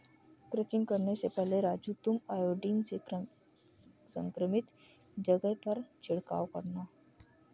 crutching करने से पहले राजू तुम आयोडीन से संक्रमित जगह पर छिड़काव करना